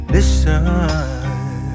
Listen